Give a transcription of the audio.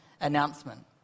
announcement